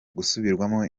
gusubiramwo